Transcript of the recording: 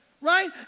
right